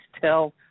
tell